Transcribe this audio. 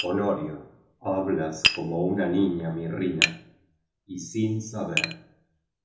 honorio hablas como una niña mirrina y sin saber